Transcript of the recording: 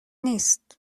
نیست